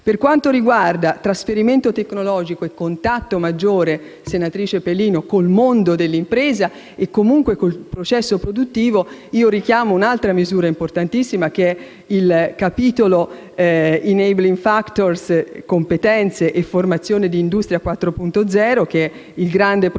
per quanto riguarda trasferimento tecnologico e contatto maggiore con il mondo dell'impresa, e comunque con il processo produttivo, richiamo un'altra misura importantissima, che è il capitolo relativo a *enabling factors*, competenze e formazione del Piano industria 4.0, che è il grande progetto